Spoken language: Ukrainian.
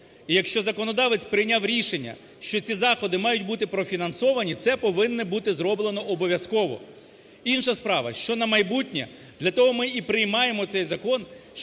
І якщо законодавець прийняв рішення, що ці заходи мають бути профінансовані, це повинно бути зроблено обов'язково. Інша справа, що на майбутнє, для того ми і приймаємо цей закон,